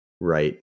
right